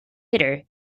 hitter